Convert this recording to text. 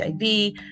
HIV